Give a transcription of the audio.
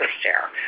share